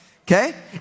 Okay